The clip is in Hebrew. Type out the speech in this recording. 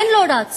אין לו רציו,